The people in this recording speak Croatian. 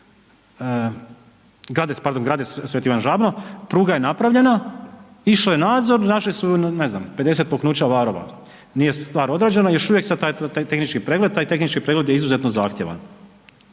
pardon grade sv. Ivan Žabno, pruga je napravljena, išao je nadzor, našli su ne znam 50 puknuća varova, nije stvar određena još uvijek se taj tehnički pregled, taj tehnički pregled je izuzetno zahtjevan.